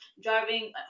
driving